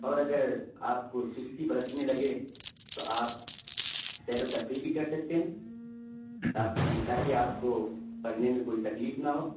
اور اگر آپ کو سستی برتنے لگے تو آپ سیر و تفریح بھی کر سکتے ہیں تاکہ آپ کو پڑھنے میں کوئی تکلیف نہ ہو